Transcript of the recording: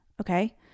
Okay